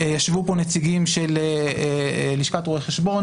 ישבו פה נציגים של לשכת רואי החשבון